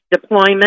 deployment